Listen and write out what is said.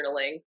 journaling